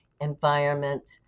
environment